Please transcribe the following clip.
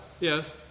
yes